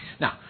Now